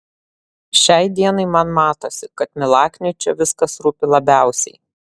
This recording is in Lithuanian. šiai dienai man matosi kad milakniui čia viskas rūpi labiausiai